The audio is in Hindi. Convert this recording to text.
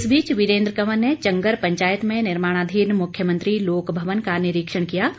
इस बीच वीरेन्द्र कंवर ने चंगर पंचायत में निर्माणाधीन मुख्यमंत्री लोकभवन का निरीक्षण किया